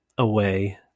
away